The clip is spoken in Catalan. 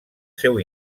seu